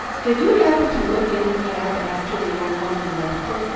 did you happen to look in the cab after the young woman left it?